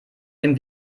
den